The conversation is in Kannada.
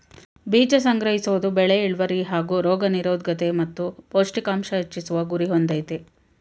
ಬೀಜ ಸಂಗ್ರಹಿಸೋದು ಬೆಳೆ ಇಳ್ವರಿ ಹಾಗೂ ರೋಗ ನಿರೋದ್ಕತೆ ಮತ್ತು ಪೌಷ್ಟಿಕಾಂಶ ಹೆಚ್ಚಿಸುವ ಗುರಿ ಹೊಂದಯ್ತೆ